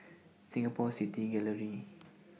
Singapore City Gallery